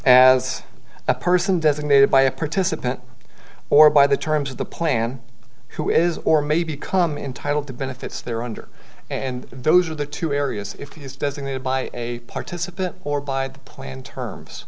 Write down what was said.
as a person designated by a participant or by the terms of the plan who is or maybe become entitle to benefits they're under and those are the two areas if he is designated by a participant or by the plan